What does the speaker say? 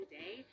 day